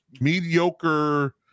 mediocre